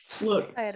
Look